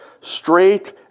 straight